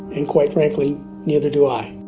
and quite frankly neither do i.